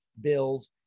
bills